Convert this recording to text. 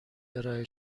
ارائه